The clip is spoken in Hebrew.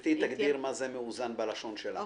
גברתי תגדיר מה זה מאוזן בלשון שלה.